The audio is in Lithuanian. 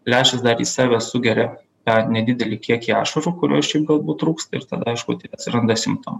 lęšis dar į save sugeria tą nedidelį kiekį ašarų kurio ir šiaip galbūt trūksta ir tada aišku tai atsiranda simptom